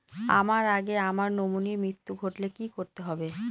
আমার আগে আমার নমিনীর মৃত্যু ঘটলে কি করতে হবে?